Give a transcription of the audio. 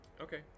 Okay